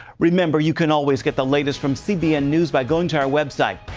remember, you can always get the latest from cbn news by going to our website.